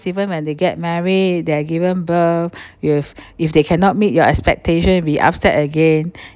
even when they get married they are given birth if if they cannot meet your expectation we upset again